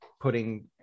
putting